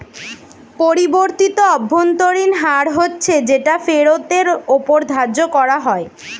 পরিবর্তিত অভ্যন্তরীণ হার হচ্ছে যেটা ফেরতের ওপর ধার্য করা হয়